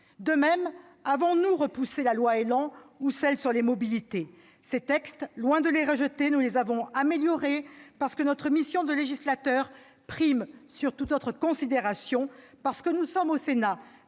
De même, avons-nous repoussé la loi ÉLAN ou celle sur les mobilités ? À la vérité, loin de rejeter ces textes, nous les avons améliorés, parce que notre mission de législateur prime toute autre considération, parce que nous sommes, au Sénat,